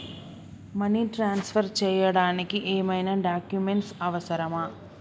Money transfer చేయడానికి ఏమైనా documents అవసరమా?